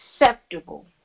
acceptable